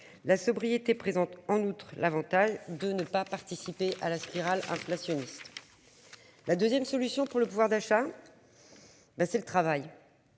La sobriété présente en outre l'Avantage de ne pas participer à la spirale inflationniste. La 2ème solution pour le pouvoir d'achat. Ben c'est le travail.